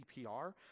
CPR